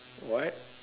what